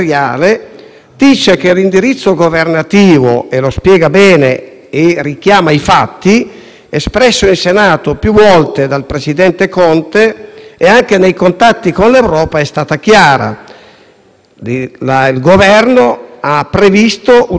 espresso in Senato dal presidente Conte e anche nei contatti con l'Europa, è stato chiaro: il Governo ha previsto una diversa regolamentazione e gestione dei flussi migratori; la responsabilità è comune con l'Europa,